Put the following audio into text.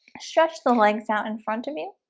stretch the legs out in front of me